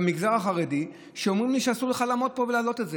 יש כאלה מהמגזר החרדי שאומרים לי: אסור לך בכלל לעמוד פה ולהעלות את זה.